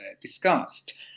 discussed